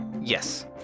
Yes